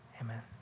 amen